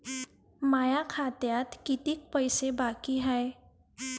माया खात्यात कितीक पैसे बाकी हाय?